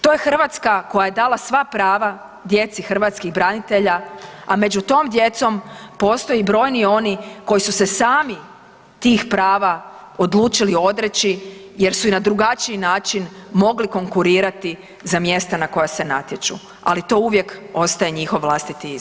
To je Hrvatska koja je dala sva prava djeci hrvatskih branitelja, a među tom djecom postoje brojni oni koji su se sami tih prava odlučili odreći jer su i na drugačiji način mogli konkurirati za mjesta na koja se natječu ali to uvijek ostaje njihov vlastiti izbor.